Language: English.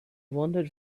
wandered